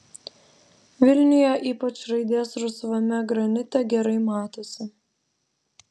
vilniuje ypač raidės rusvame granite gerai matosi